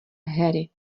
harry